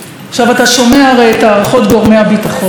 עכשיו, אתה שומע הרי את הערכות גורמי הביטחון,